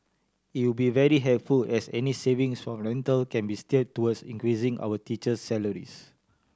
it would be very helpful as any savings from rental can be steered towards increasing our teacher's salaries